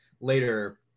later